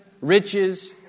riches